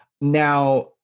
Now